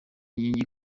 inkingi